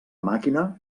màquina